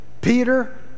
Peter